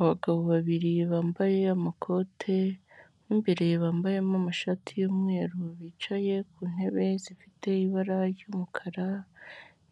Abagabo babiri bambaye amakote, mo imbere bambayemo amashati y'umweru, bicaye ku ntebe zifite ibara ry'umukara,